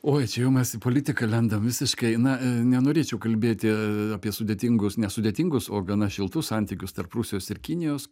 oi čia jau mes politiką lendam visiškai na nenorėčiau kalbėti apie sudėtingus nesudėtingus o gana šiltus santykius tarp rusijos ir kinijos